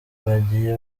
bagiye